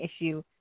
issue